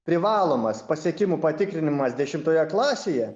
privalomas pasiekimų patikrinimas dešimtoje klasėje